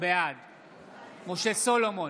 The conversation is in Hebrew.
בעד משה סולומון,